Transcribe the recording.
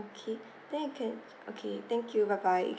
okay then you can okay thank you bye bye